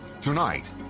Tonight